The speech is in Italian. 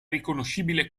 riconoscibile